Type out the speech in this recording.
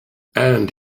and